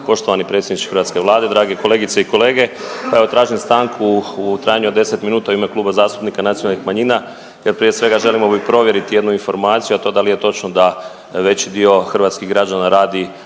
poštovani predsjedniče hrvatske Vlade, dragi kolegice i kolege. Evo tražim stanku u trajanju od 10 minuta u ime Kluba zastupnika nacionalnih manjina jer prije svega želio bih provjeriti jednu informaciju, a to da li je točno da veći dio hrvatskih građana radi